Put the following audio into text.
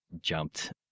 jumped